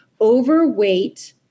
overweight